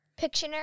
Pictionary